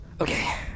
Okay